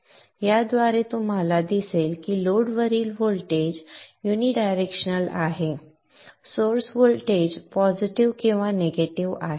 त्याद्वारे आपल्याला दिसेल की लोडवरील व्होल्टेज युनी डायरेक्शनल आहे सोर्स व्होल्टेज पॉझिटिव्ह किंवा निगेटिव्ह आहे